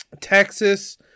Texas